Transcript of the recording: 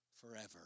forever